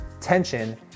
tension